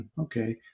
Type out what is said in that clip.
okay